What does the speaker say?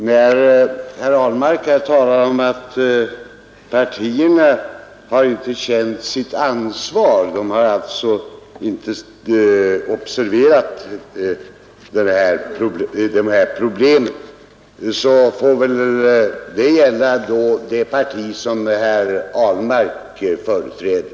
Herr talman! När herr Ahlmark talar om att partierna inte känt sitt ansvar — de har alltså inte observerat problemen — så får det väl gälla det parti som herr Ahlmark företräder.